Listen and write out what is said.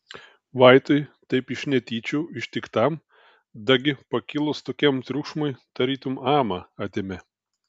vaitui taip iš netyčių ištiktam dagi pakilus tokiam triukšmui tarytum amą atėmė